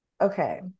okay